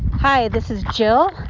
hi. this is jill.